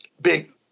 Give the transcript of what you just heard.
Big